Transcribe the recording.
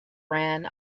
ran